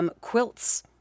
quilts